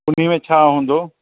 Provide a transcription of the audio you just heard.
उन में छा हूंदो